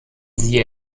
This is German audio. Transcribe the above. sie